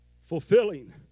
fulfilling